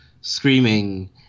screaming